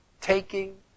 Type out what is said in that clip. taking